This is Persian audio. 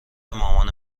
مامانه